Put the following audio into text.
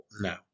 No